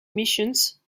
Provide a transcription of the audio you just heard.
missions